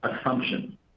assumption